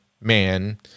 man